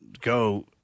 go